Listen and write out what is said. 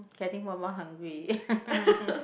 getting more and more hungry